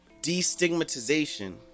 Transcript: destigmatization